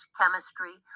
chemistry